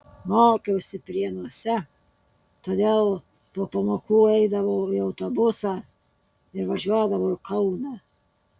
mokiausi prienuose todėl po pamokų eidavau į autobusą ir važiuodavau į kauną